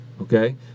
Okay